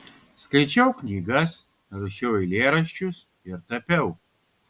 skaičiau knygas rašiau eilėraščius ir tapiau